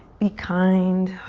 be kind.